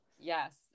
Yes